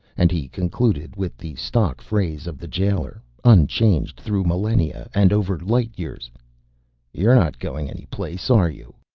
and he concluded with the stock phrase of the jailer, unchanged through millenia and over light-years. you're not going any place, are you?